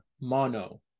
mono